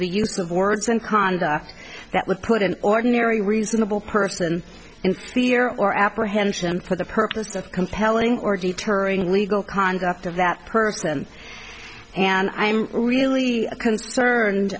the use of words in conduct that would put an ordinary reasonable person in fear or apprehension for the purpose of compelling or deterring legal conduct of that person and i am really concerned